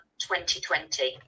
2020